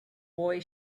boy